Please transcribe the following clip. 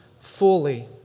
fully